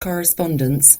correspondence